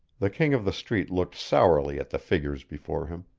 the king of the street looked sourly at the figures before him.